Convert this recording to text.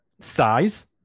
Size